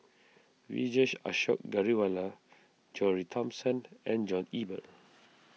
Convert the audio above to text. Vijesh Ashok Ghariwala John Re Thomson and John Eber